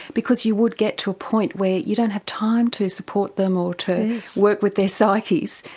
because you would get to a point where you don't have time to support them or to work with their psyches.